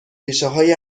ریشههای